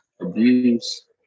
abuse